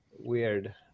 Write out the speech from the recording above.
weird